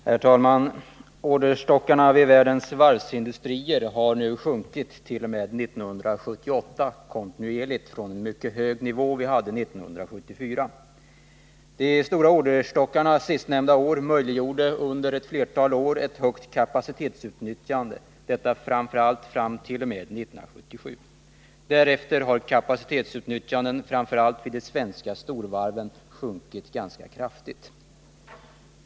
Herr talman! Orderstockarna vid världens varvsindustrier har nu sjunkit kontinuerligt t.o.m. 1978 från en mycket hög nivå som vi hade 1974. De stora orderstockarna sistnämnda år möjliggjorde under ett flertal år ett högt 71 kapacitetsutnyttjande — detta framför allt fram t.o.m. 1977. Därefter har kapacitetesutnyttjandet, i första hand i de svenska storvarven, sjunkit ganska kraftigt.